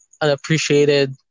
unappreciated